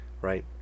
right